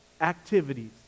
activities